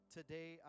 Today